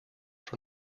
from